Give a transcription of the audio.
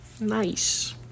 Nice